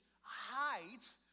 hides